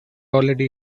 already